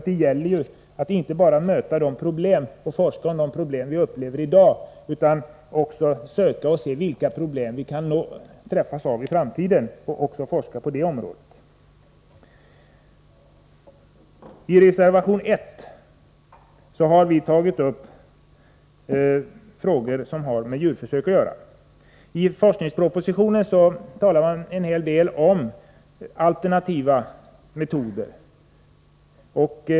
Det gäller ju att inte bara möta och att forska i de problem som vi i dag upplever, utan vi måste också försöka ta reda på vilka problem vi kan stöta på i framtiden. Vi måste således ha en forskning som är inriktad på framtiden. I reservation 1 har vi tagit upp frågor som gäller djurförsök. I forskningspropositionen talar man en hel del om alternativa metoder.